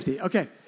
okay